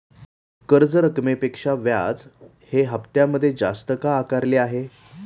कर्ज रकमेपेक्षा व्याज हे हप्त्यामध्ये जास्त का आकारले आहे?